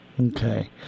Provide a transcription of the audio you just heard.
Okay